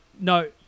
no